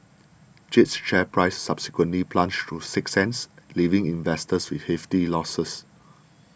Jade's share price subsequently plunged to six cents leaving investors with hefty losses